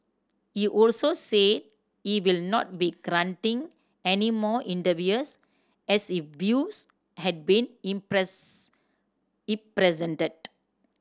he also said he will not be granting any more interviews as he views had been impress in presented